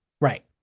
Right